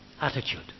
attitude